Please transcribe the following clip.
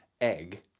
egg